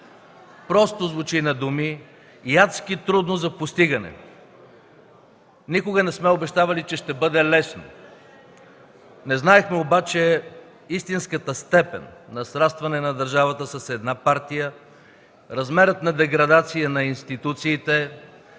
Просто звучи на думи и адски трудно за постигане. Никога не сме обещавали, че ще бъде лесно. Не знаехме обаче истинската степен на срастване на държавата с една партия, размерът на деградация на институциите